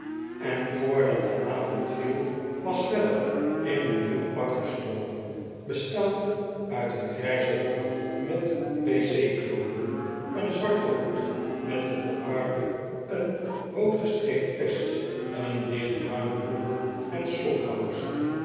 en voordat de avond viel was weller in een nieuw pak gestoken bestaande uit een grijzen rok met p c knoopen een zwarten hoed met een kokarde een rood gestreept vest een lichtbruine broek en